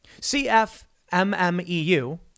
CFMMEU